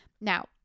Now